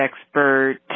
expert